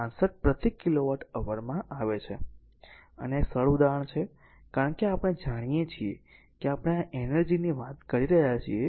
265 પ્રતિ kilowatt hour માં આવે છે અને આ એક સરળ ઉદાહરણ છે કારણ કે આપણે જાણીએ છીએ કે આપણે જે એનર્જી ની વાત કરી રહ્યા છીએ